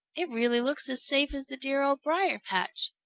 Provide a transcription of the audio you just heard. it really looks as safe as the dear old briar-patch.